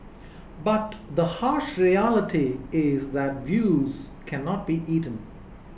but the harsh reality is that views cannot be eaten